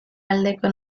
aldeko